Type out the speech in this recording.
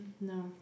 No